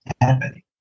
happening